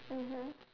mmhmm